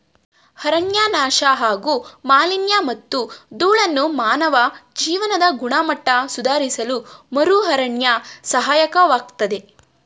ಅರಣ್ಯನಾಶ ಹಾಗೂ ಮಾಲಿನ್ಯಮತ್ತು ಧೂಳನ್ನು ಮಾನವ ಜೀವನದ ಗುಣಮಟ್ಟ ಸುಧಾರಿಸಲುಮರುಅರಣ್ಯ ಸಹಾಯಕವಾಗ್ತದೆ